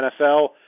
NFL